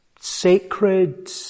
sacred